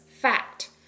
fact